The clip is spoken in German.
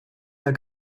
der